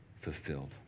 fulfilled